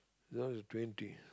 now is twenty